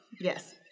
Yes